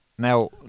Now